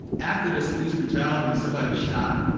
after this police brutality and somebody's shot,